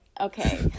okay